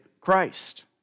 Christ